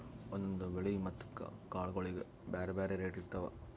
ಒಂದೊಂದ್ ಬೆಳಿ ಮತ್ತ್ ಕಾಳ್ಗೋಳಿಗ್ ಬ್ಯಾರೆ ಬ್ಯಾರೆ ರೇಟ್ ಇರ್ತವ್